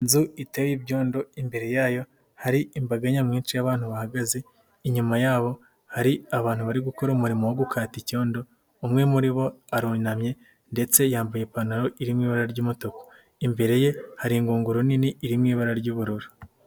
Inzu iteye ibyondo imbere yayo hari imbaga nyamwinshi y'abantu, bahagaze inyuma yabo hari abantu bari gukora umurimo wo gukata icyondo, umwe muri bo arunamye ndetse yambaye ipantaro irimo ibara ry'umutuku, imbere ye hari ingunguru nini irimo ibara ry'ubururu.